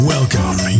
Welcome